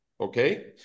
Okay